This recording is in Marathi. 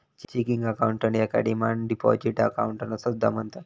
चेकिंग अकाउंट याका डिमांड डिपॉझिट अकाउंट असा सुद्धा म्हणतत